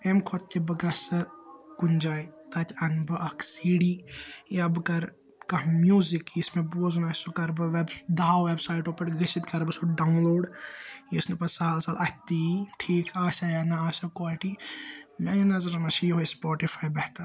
اَمہِ کھۄتہِ چھِ بہٕ گَژھِ کُنہِ جایہِ تَتہِ اَنہٕ بہٕ اَکھ سی ڈی یا بہٕ کَرٕ کانٛہہ میٛوٗزِک یُس مےٚ بوزُن آسہِ سُہ کَرٕ بہٕ وِیٚبہٕ دَہَو وِیٚب سایٹو پیٚٹھ گٔژھِتھ کَرٕ بہٕ سُہ ڈاوُن لوڈ یُس نہٕ پَتہٕ سَہل سَہل اَتھِ تی یِیہِ ٹھیٖک آسیٛا یا نہَ آسیٛا کالِٹی میٛانیٛن نَظرَن منٛز چھُ یِہَے سُپورٹیفٲے بہتَر